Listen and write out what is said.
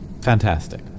Fantastic